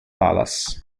palace